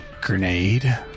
grenade